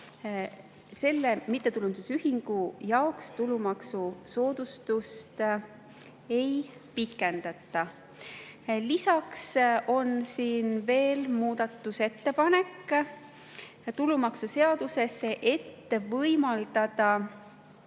sellel mittetulundusühingul tulumaksusoodustust ei pikendata. Lisaks on siin muudatusettepanek tulumaksuseaduse kohta, et võimaldada